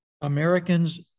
Americans